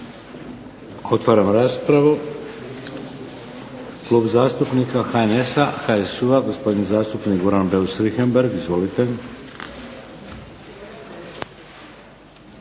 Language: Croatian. Otvaram raspravu. Klub zastupnika HNS-a, HSU-a gospodin zastupnik Goran Beus Richembergh. Izvolite.